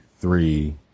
three